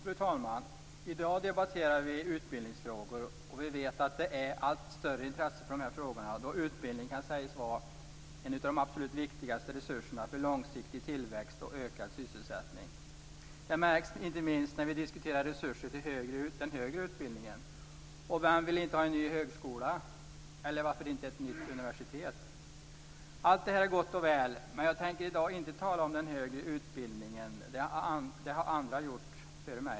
Fru talman! I dag debatterar vi utbildningsfrågor, och vi vet att det finns ett allt större intresse för de frågorna, då utbildning kan sägas vara en av de absolut viktigaste resurserna för långsiktig tillväxt och ökad sysselsättning. Det märks inte minst när vi diskuterar resurser till den högre utbildningen. Vem vill inte ha en ny högskola, eller varför inte ett nytt universitet? Allt det här är gott och väl, men jag tänker i dag inte tala om den högre utbildningen. Det har andra gjort före mig.